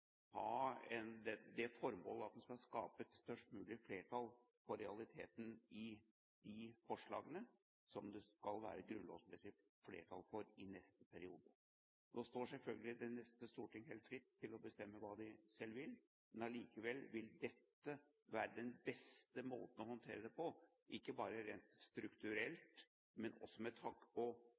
det formålet at det skal skapes et størst mulig flertall for realiteten i de forslagene som det skal være grunnlovsmessig flertall for i neste periode. Nå står selvfølgelig det neste storting helt fritt til å bestemme hva de selv vil, men allikevel vil dette være den beste måten å håndtere det på, ikke bare rent strukturelt, men også med tanke